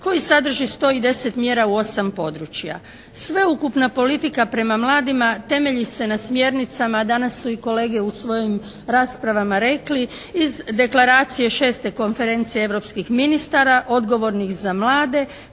koji sadrži 110 mjera u 8 područja. Sveukupna politika prema mladima temelji se na smjernicama, a danas su i kolege u svojim raspravama rekli, iz Deklaracije 6. konferencije europskih ministara odgovornih za mlade